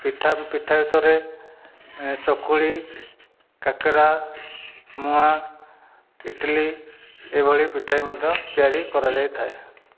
ପିଠା ପିଠା ଭିତରେ ଚକୁଳି କାକେରା ମୁଆଁ ଇଟିଲି ଏଭଳି ପିଠା ବି ମଧ୍ୟ ତିଆରି କରାଯାଇଥାଏ